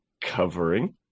covering